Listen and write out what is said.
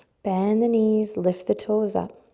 bend the knees, lift the toes up.